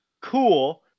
cool